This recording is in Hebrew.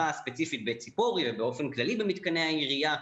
הספציפית בציפורי ובאופן כללי במתקני העירייה,